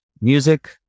music